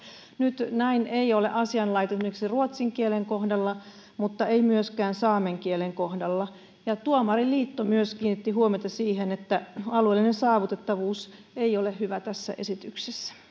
nyt näin ei ole asianlaita esimerkiksi ruotsin kielen kohdalla mutta ei myöskään saamen kielen kohdalla myös tuomariliitto kiinnitti huomiota siihen että alueellinen saavutettavuus ei ole hyvä tässä esityksessä